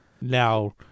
Now